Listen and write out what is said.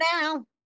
now